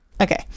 Okay